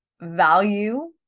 value